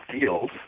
feels